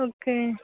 okay